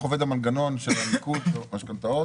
עובד המנגנון של הניקוד של המשכנתאות.